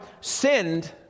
sinned